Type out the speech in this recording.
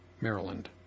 Maryland